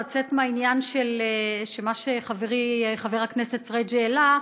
לצאת מהעניין של מה שחברי חבר הכנסת פריג' העלה,